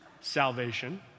salvation